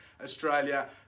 Australia